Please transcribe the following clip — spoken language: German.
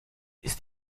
ist